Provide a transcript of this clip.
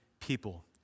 people